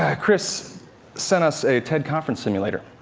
ah chris sent us a ted conference simulator.